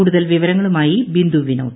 കൂടുതൽ വിവരങ്ങളുമായി ബിന്ദു വിനോദ്